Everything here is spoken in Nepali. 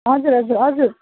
हजुर हजुर हजुर